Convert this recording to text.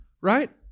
right